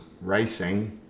racing